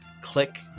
click